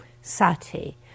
sati